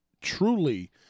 truly –